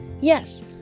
Yes